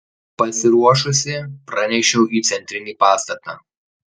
pasiruošusi pranešiau į centrinį pastatą